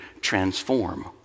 transform